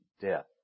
death